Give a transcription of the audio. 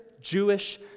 Jewish